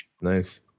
Nice